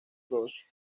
bros